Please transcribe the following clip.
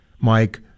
Mike